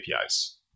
APIs